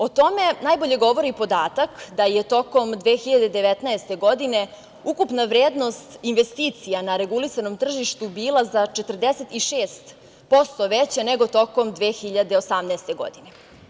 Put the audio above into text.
O tome najbolje govori podatak da je tokom 2019. godine ukupna vrednost investicija na regulisanom tržištu bila za 46% veća nego tokom 2018. godine.